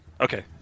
Okay